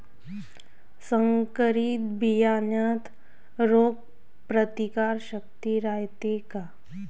संकरित बियान्यात रोग प्रतिकारशक्ती रायते का?